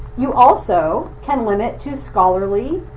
you also can limit to scholarly,